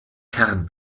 kern